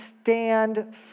stand